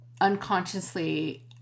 unconsciously